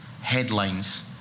headlines